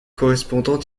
correspondant